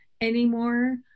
anymore